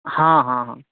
हॅं हॅं हॅं हॅं